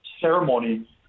ceremony